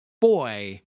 boy